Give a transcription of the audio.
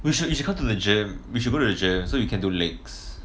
we should you should comet to the gym we should go to the gym so you can do legs